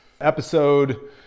episode